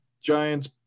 Giants